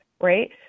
right